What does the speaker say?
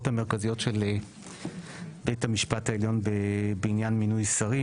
המרכזיות של בית המשפט העליון בעניין מינוי שרים.